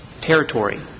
territory